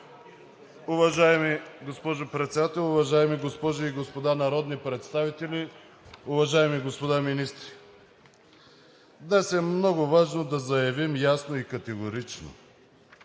Уважаема госпожо Председател, уважаеми госпожи и господа народни представители, уважаеми господа министри! Днес е много важно да заявим ясно и категорично